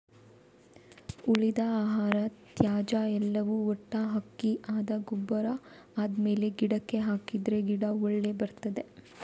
ಉಳಿದ ಆಹಾರ, ತ್ಯಾಜ್ಯ ಎಲ್ಲವ ಒಟ್ಟು ಹಾಕಿ ಅದು ಗೊಬ್ಬರ ಆದ್ಮೇಲೆ ಗಿಡಕ್ಕೆ ಹಾಕಿದ್ರೆ ಗಿಡ ಒಳ್ಳೆ ಬರ್ತದೆ